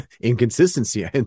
inconsistency